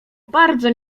bardzo